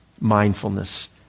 mindfulness